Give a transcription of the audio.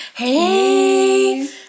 hey